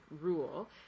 rule